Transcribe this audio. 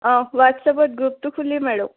অঁ হোৱাটছএপত গ্ৰুপটো খুলিম আৰু